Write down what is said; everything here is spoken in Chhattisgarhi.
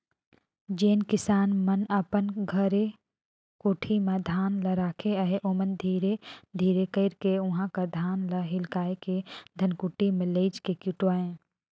जेन किसान मन अपन घरे कोठी में धान ल राखे रहें ओमन धीरे धीरे कइरके उहां कर धान ल हिंकाएल के धनकुट्टी में लेइज के कुटवाएं